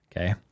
Okay